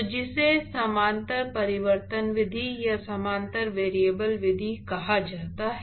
तो जिसे समानता परिवर्तन विधि या समानता वेरिएबल विधि कहा जाता है